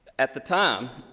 at the time,